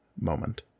moment